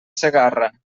segarra